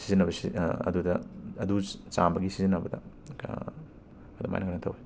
ꯁꯤꯖꯤꯟꯅꯕꯁꯤ ꯑꯗꯨꯗ ꯑꯗꯨ ꯆꯥꯝꯕꯒꯤ ꯁꯤꯖꯤꯟꯅꯕꯗ ꯑꯗꯨꯃꯥꯏꯅ ꯀꯦꯅꯣ ꯇꯧꯋꯦ